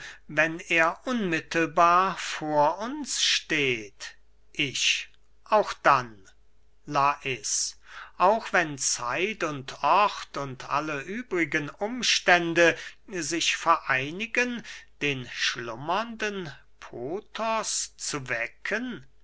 wenn er unmittelbar vor uns steht ich auch dann lais auch wenn zeit und ort und alle übrigen umstände sich vereinigen den schlummernden pothos zu wecken